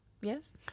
Yes